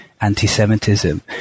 anti-Semitism